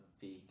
big